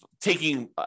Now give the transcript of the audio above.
taking